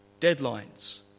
Deadlines